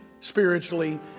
spiritually